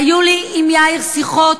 היו לי עם יאיר שיחות,